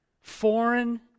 foreign